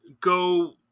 go –